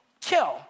kill